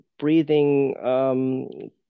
Breathing